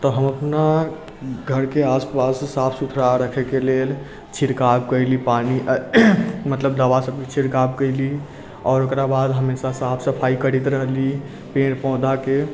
तऽ हम अपना घर के आसपास साफ सुथरा रखै के लेल छिड़काव कैली पानी मतलब दवा सभके छिड़काव सभ कैली आओर ओकरा बाद हमेशा साफ सफाइ करैत रहली पेड़ पौधा के